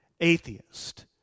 atheist